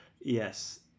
Yes